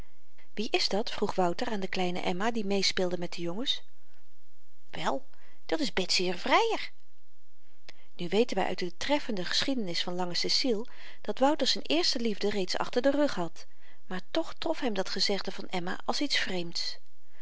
wie is dat vroeg wouter aan de kleine emma die meespeelde met de jongens wel dat is betsy's vryer nu weten wy uit de treffende geschiedenis van lange ceciel dat wouter z'n eerste liefde reeds achter den rug had maar toch trof hem dat gezegde van emma als iets vreemds